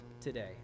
today